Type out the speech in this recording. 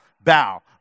bow